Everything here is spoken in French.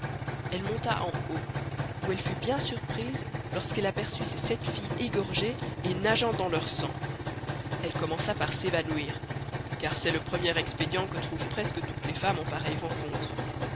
elle monta en haut où elle fut bien surprise lorsqu'elle aperçût ses sept filles égorgées et nageant dans leur sang elle commença par s'évanoüir car c'est le premier expedient que trouvent presque toutes les femmes en pareilles rencontres